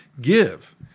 give